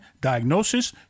diagnosis